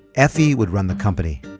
efi would run the company.